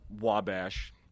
Wabash